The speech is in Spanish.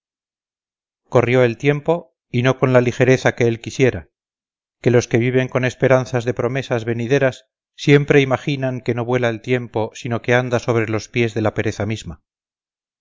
corrió el tiempo y no con la ligereza que él quisiera que los que viven con esperanzas de promesas venideras siempre imaginan que no vuela el tiempo sino que anda sobre los pies de la pereza misma